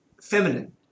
feminine